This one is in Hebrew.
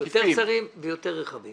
יותר קצרים ויותר רחבים.